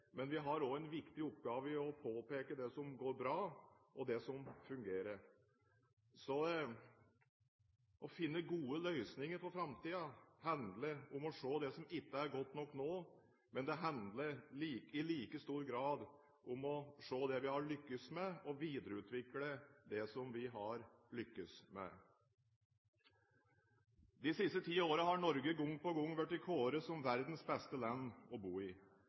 men vi har også en viktig oppgave når det gjelder å påpeke det som går bra, og som fungerer. Å finne gode løsninger for framtiden handler om å se det som ikke er godt nok nå, men det handler i like stor grad om å se det vi har lyktes med, og videreutvikle det vi har lyktes med. De siste ti årene har Norge gang på gang blitt kåret som verdens beste land å bo i.